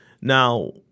Now